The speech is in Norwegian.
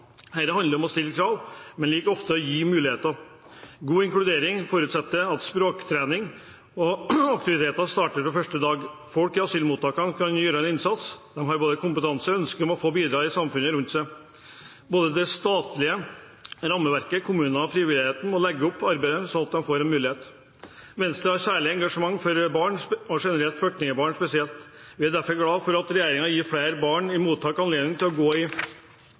Dette handler om å stille krav, men like ofte om å gi muligheter. God inkludering forutsetter at språktrening og aktiviteter starter fra første dag. Folk i asylmottakene kan gjøre en innsats, de har både kompetanse og ønske om å få bidra i samfunnet rundt seg. Både det statlige rammeverket, kommunene og frivilligheten må legge opp arbeidet sånn at de får en mulighet. Venstre har særlig engasjement for barn generelt og flyktningbarn spesielt. Vi er derfor glad for at regjeringen gir flere barn i mottak anledning til å gå i